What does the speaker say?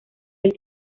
del